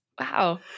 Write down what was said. Wow